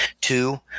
Two